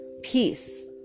peace